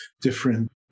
different